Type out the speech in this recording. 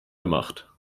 gemacht